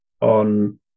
on